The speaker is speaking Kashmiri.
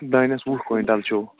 دانٮ۪س وُہ کوینٹَل چھُو